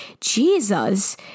Jesus